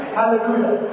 hallelujah